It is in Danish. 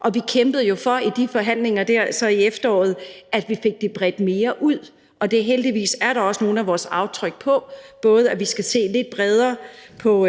og vi kæmpede i de forhandlinger, der var i efteråret, for, at vi fik det bredt mere ud, og heldigvis har vi da også fået sat vores aftryk, når det handler om, at vi skal se lidt bredere på